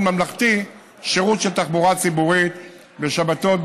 ממלכתי שירות של תחבורה ציבורית בשבתות,